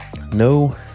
no